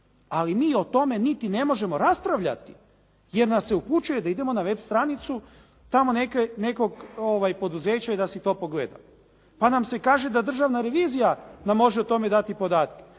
Ali mi o tome niti ne možemo raspravljati, jer nas se upućuje da idemo na web stranicu tamo nekog poduzeća i da si to pogledamo. Pa nam se kaže da državna revizija nam može o tome dati podatke.